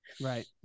Right